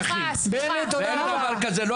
האלה.